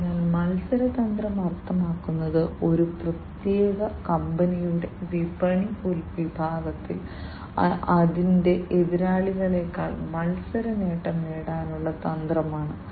അതിനാൽ മത്സര തന്ത്രം അർത്ഥമാക്കുന്നത് ഒരു പ്രത്യേക കമ്പനിയുടെ വിപണി വിഭാഗത്തിൽ അതിന്റെ എതിരാളികളെക്കാൾ മത്സര നേട്ടം നേടാനുള്ള തന്ത്രമാണ്